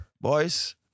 boys